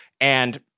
And-